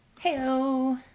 Hello